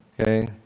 Okay